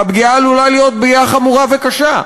והפגיעה עלולה להיות חמורה וקשה.